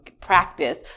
practice